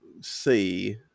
see